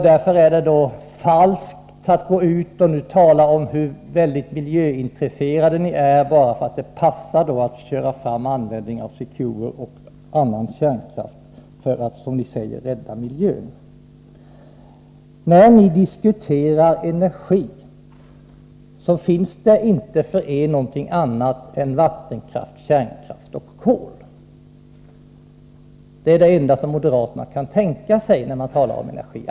Därför är det falskt att nu gå ut och tala om hur väldigt miljöintresserade ni är — bara för att det passar att köra fram detta med användningen av Secure och annan kärnkraft för att, som ni säger, rädda miljön. När ni diskuterar energi, så finns det inte för er någonting annat än vattenkraft, kärnkraft och kol. Det är det enda som moderaterna kan tänka sig när det gäller energin.